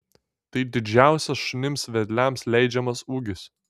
tai didžiausias šunims vedliams leidžiamas ūgis